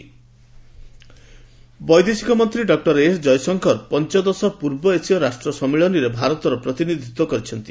EAM Jaishankar ବୈଦେଶିକ ମନ୍ତ୍ରୀ doctor S Jaishankar ପଞ୍ଚଦଶ ପୂର୍ବ ଏସୀୟ ରାଷ୍ଟ୍ର ସମ୍ମିଳନୀରେ ଭାରତର ପ୍ରତିନିଧିତ୍ୱ କରିଛନ୍ତି